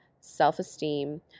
self-esteem